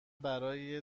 برای